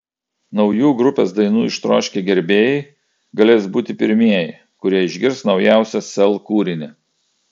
naujų grupės dainų ištroškę gerbėjai galės būti pirmieji kurie išgirs naujausią sel kūrinį